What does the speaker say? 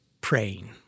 praying